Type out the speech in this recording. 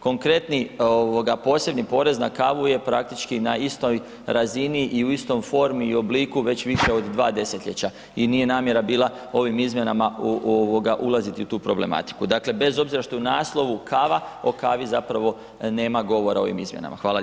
Konkretni posebni porez na kavu je praktički na istoj razini i u istoj formi i obliku već više od dva desetljeća i nije namjera bila ovim izmjenama ulaziti u tu problematiku, dakle bez obzira što je u naslovu kava, o kavi zapravo nema govora u ovim izmjenama, hvala lijepo.